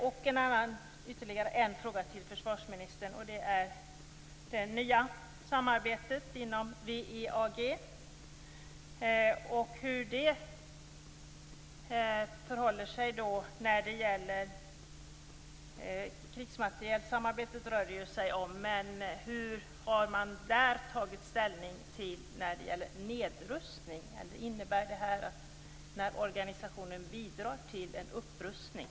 Jag har ytterligare en fråga till försvarsministern som gäller det nya samarbetet inom WEAG. Det rör krigsmaterielsamarbetet, men hur har man där tagit ställning när det gäller nedrustning? Innebär detta att denna organisation bidrar till en upprustning?